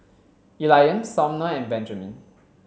Elian Sumner and Benjamin